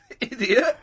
idiot